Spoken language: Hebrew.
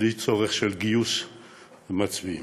בלי צורך בגיוס מצביעים.